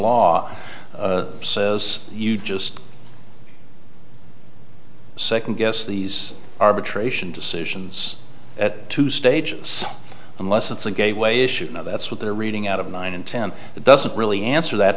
law says you just second guess these arbitration decisions at two stages unless it's a gateway issue that's what they're reading out of nine and ten that doesn't really answer that